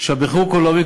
שבחוהו כל האומים,